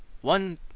One